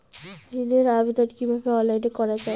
ঋনের আবেদন কিভাবে অনলাইনে করা যায়?